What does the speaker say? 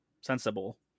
Sensible